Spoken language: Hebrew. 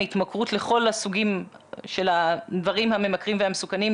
ההתמכרות לכל הסוגים של הדברים הממכרים והמסוכנות,